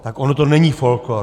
Tak ono to není folklór.